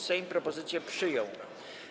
Sejm propozycję przyjął.